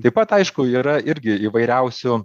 taip pat aišku yra irgi įvairiausių